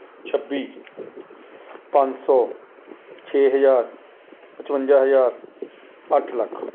ਛੱਬੀ ਪੰਜ ਸੌ ਛੇ ਹਜ਼ਾਰ ਪਚਵੰਜਾ ਹਜ਼ਾਰ ਅੱਠ ਲੱਖ